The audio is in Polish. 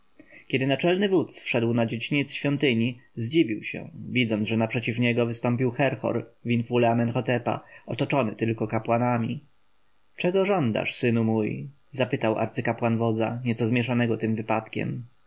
kiedy naczelny wódz wszedł na dziedziniec świątyni zdziwił się widząc że naprzeciw niego wystąpił herhor w infule amenhotepa otoczony tylko kapłanami czego żądasz synu mój zapytał arcykapłan wodza nieco zmieszanego tym wypadkiem